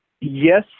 yes